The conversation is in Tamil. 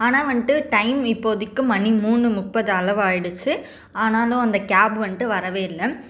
ஆனால் வந்துட்டு டைம் இப்போதிக்கு மணி மூணு முப்பது அளவாயிடுச்சு ஆனாலும் அந்த கேப் வந்துட்டு வரவே இல்லை